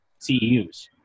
CEUs